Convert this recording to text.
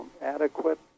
Adequate